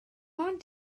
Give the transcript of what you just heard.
ond